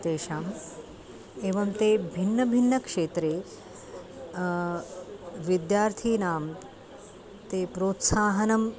तेषाम् एवं ते भिन्नभिन्नक्षेत्रे विद्यार्थिनां ते प्रोत्साहनं